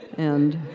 and,